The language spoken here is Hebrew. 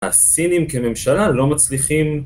הסינים כממשלה לא מצליחים